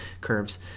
curves